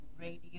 Radio